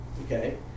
Okay